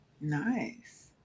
Nice